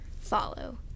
follow